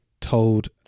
told